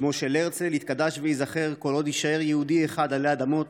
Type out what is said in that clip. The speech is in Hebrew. שמו של הרצל יתקדש וייזכר כל עוד יישאר יהודי אחד עלי אדמות,